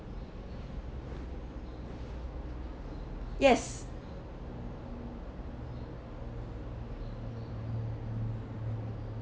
yes